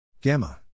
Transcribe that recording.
Gamma